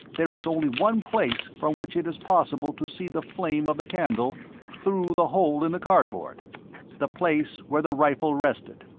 there is only one place from which it is possible to see the flame of the candle through the hole in the cardboard the place where the rifle rested!